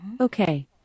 Okay